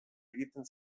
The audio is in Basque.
egiten